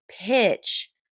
pitch